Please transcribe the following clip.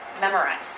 memorize